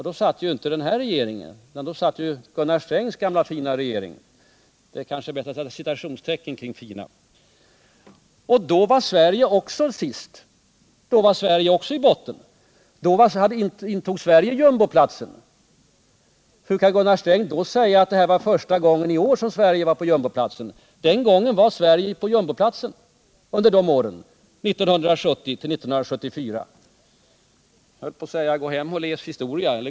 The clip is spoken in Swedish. Då satt ju inte den nuvarande regeringen, utan då hade vi Gunnar Strängs gamla ”fina” regering — det är kanske bäst att sätta citationstecken kring fina — och då låg Sverige också i botten. Hur kan Gunnar Sträng säga att i år var det första gången Sverige fanns på jumboplatsen? Under åren 1970-1974 var Sverige på jumboplats. Jag höll på att säga: Gå hem och läs historia!